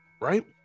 right